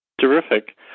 Terrific